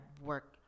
work